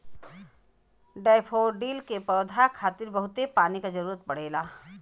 daffodil के पौधा खातिर बहुते पानी क जरुरत पड़ेला